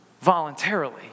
voluntarily